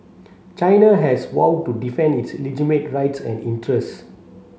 China has vowed to defend its legitimate rights and interests